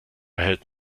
erhält